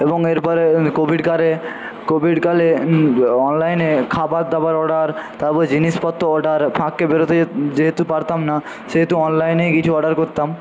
এবং এর পরে কোভিডকালে কোভিডকালে অনলাইনে খাবার দাবার অর্ডার তারপরে জিনিসপত্র অর্ডার বেরোতে যেহেতু পারতাম না সেহেতু অনলাইনেই কিছু অর্ডার করতাম